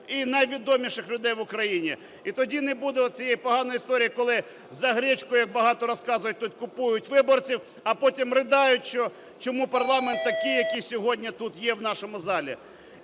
і найвідоміших людей в Україні. І тоді не буде оцієї поганої історії, коли за гречку, як багато розказують тут, купують виборців, а потім ридають, що чому парламент такий, який сьогодні тут є в нашому залі.